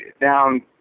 down